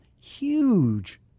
huge